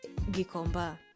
Gikomba